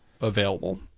available